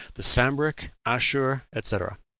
the sambric, ashur, etc.